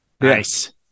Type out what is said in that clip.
nice